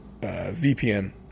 VPN